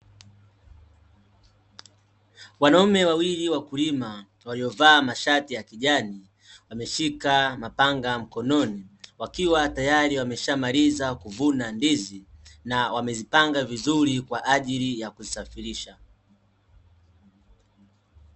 Wanaume wawili wakulima waliovaa mashati ya kijani, wameshika mapanga mkononi, wakiwa tayari wameshamaliza kuvuna ndizi na wamezipanga vizuri kwa ajili ya kuzisafirisha.